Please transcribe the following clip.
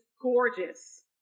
gorgeous